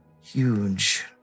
huge